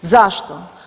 Zašto?